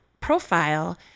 profile